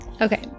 Okay